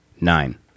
nine